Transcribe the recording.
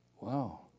Wow